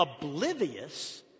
Oblivious